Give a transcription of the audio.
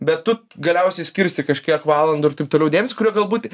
bet tu galiausiai skirsi kažkiek valandų ir taip toliau demėsio kurio galbūt